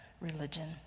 religion